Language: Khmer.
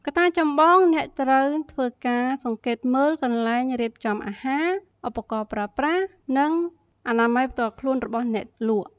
កត្តាចម្បងអ្នកត្រូវធ្វើការសង្កេតមើលកន្លែងរៀបចំអាហារ ឧបករណ៍ប្រើប្រាស់ និងអនាម័យផ្ទាល់ខ្លួនរបស់អ្នកលក់។